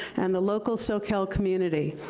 and the local soquel community.